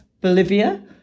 Bolivia